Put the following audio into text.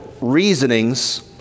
reasonings